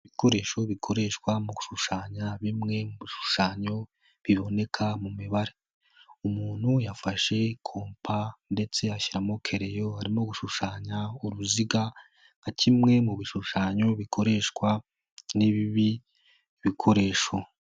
Ibikoresho bikoreshwa mu gushushanya bimwe mu bishushanyo biboneka mu mibare, umuntu yafashe kompa ndetse ashyiramo kareyo arimo gushushanya uruziga nka kimwe mu bishushanyo bikoreshwa n'ibi bikoresho.